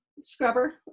scrubber